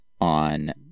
on